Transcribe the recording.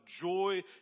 joy